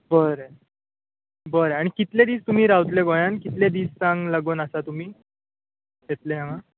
बरें बरें आनी कितले दीस तुमी रावतले गोंयान कितले दिसांक लागून आसा तुमी येतले हांगा